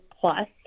plus